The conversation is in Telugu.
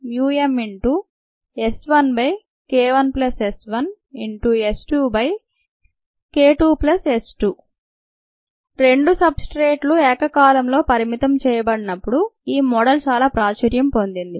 μmS1K1S1 S2K2S2 రెండు సబ్ స్ట్రేట్ లు ఏకకాలంలో పరిమితం చేయబడినప్పుడు ఈ మోడల్ చాలా ప్రాచుర్యం పొందింది